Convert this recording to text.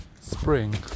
spring